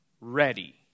ready